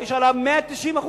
יש עליו 190% מכס?